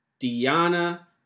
diana